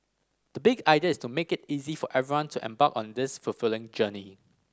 the big idea is to make it easy for everyone to embark on this fulfilling journey